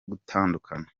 gutandukana